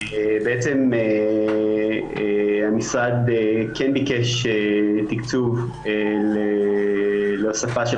בעצם המשרד כן ביקש תקצוב להוספה של